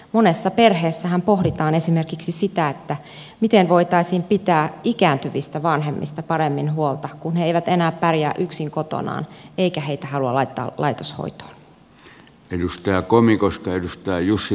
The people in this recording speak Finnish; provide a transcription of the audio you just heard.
monessa perheessähän pohditaan esimerkiksi sitä miten voitaisiin pitää ikääntyvistä vanhemmista paremmin huolta kun he eivät enää pärjää yksin kotonaan eikä heitä haluta laittaa laitoshoitoon